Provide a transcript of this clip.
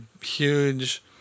huge